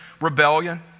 rebellion